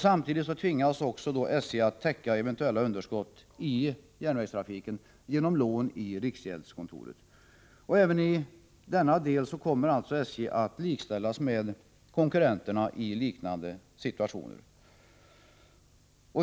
Samtidigt tvingas också SJ att täcka eventuella underskott i järnvägstrafiken med lån i riksgäldskontoret. Även i denna del kommer alltså SJ att likställas med konkurrenterna i liknande situationer.